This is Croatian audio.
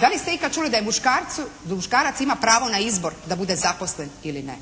Da li ste ikad čuli da muškarac ima pravo na izbor da bude zaposlen ili ne?